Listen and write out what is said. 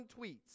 tweets